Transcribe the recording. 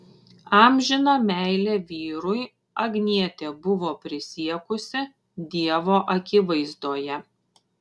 amžiną meilę vyrui agnietė buvo prisiekusi dievo akivaizdoje